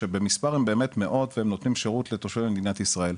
שבמספר הם באמת מאות והם נותנים שירות לתושבי מדינת ישראל,